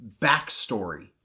backstory